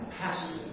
pastor